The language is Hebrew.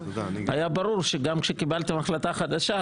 היה ברור שגם כשקיבלתם החלטה חדשה,